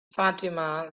fatima